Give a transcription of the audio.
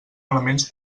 elements